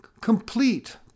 complete